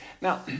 Now